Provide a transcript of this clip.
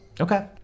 Okay